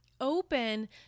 open